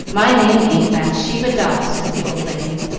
my name ain't bathsheba dawes, said the old lady,